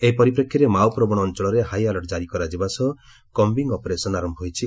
ଏହି ପରିପ୍ରେକ୍ଷୀରେ ମାଓ ପ୍ରବଣ ଅଞ୍ଚଳରେ ହାଇ ଆଲର୍ଟ ଜାରୀ କରାଯିବା ସହ କମ୍ନିଂ ଅପରେସନ ଆରମ୍ ହୋଇଛି